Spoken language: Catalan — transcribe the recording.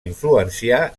influenciar